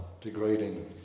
degrading